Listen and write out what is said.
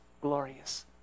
glorious